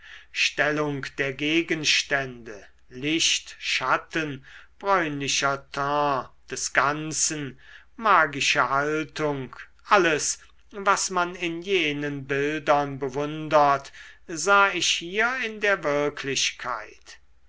stellung der gegenstände licht schatten bräunlicher teint des ganzen magische haltung alles was man in jenen bildern bewundert sah ich hier in der wirklichkeit